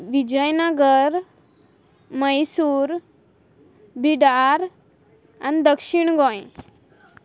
विजयनगर मैसूर बिदार आनी दक्षिण गोंय